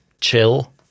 chill